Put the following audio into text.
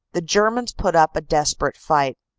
the germans put up a desperate fight.